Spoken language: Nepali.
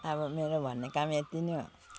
अब मेरो भन्ने काम यति नै हो